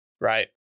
Right